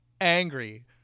angry